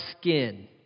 skin